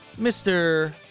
mr